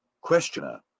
Questioner